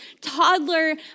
toddler